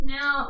Now